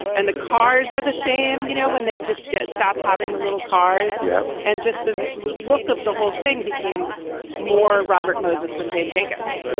and the cars are the same. you know, when they just stopped having the little cars. yeah. and just the look of the whole thing became more. robert moses than jane jacobs.